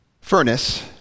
furnace